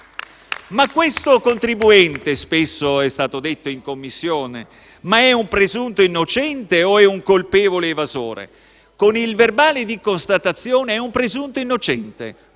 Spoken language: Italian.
Ma questo contribuente, spesso è stato detto in Commissione, è un presunto innocente o è un colpevole evasore? Con il verbale di constatazione è un presunto innocente